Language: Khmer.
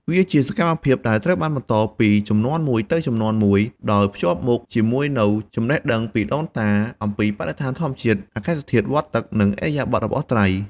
វាជាសកម្មភាពដែលត្រូវបានបន្តពីជំនាន់មួយទៅជំនាន់មួយ ដោយភ្ជាប់មកជាមួយនូវចំណេះដឹងពីដូនតាអំពីបរិស្ថានធម្មជាតិ អាកាសធាតុ វដ្តទឹក និងឥរិយាបថរបស់ត្រី។